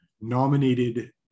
nominated